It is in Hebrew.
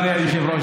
אדוני היושב-ראש,